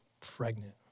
pregnant